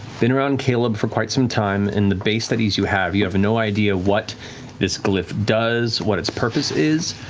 been around caleb for quite some time and the base studies you have, you have no idea what this glyph does, what its purpose is,